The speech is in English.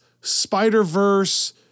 Spider-Verse